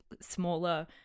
smaller